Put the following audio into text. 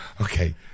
Okay